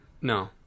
no